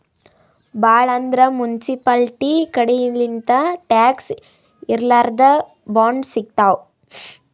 ಭಾಳ್ ಅಂದ್ರ ಮುನ್ಸಿಪಾಲ್ಟಿ ಕಡಿಲಿಂತ್ ಟ್ಯಾಕ್ಸ್ ಇರ್ಲಾರ್ದ್ ಬಾಂಡ್ ಸಿಗ್ತಾವ್